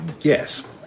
Yes